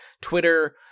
Twitter